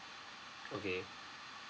okay